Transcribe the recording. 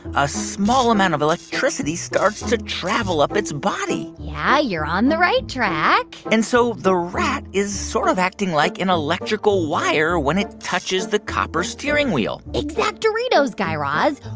a small amount of electricity starts to travel up its body yeah, you're on the right track and so the rat is sort of acting like an electrical wire when it touches the copper steering wheel exactoritos, guy raz.